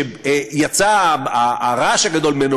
שיצא הרעש הגדול ממנו,